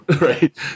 Right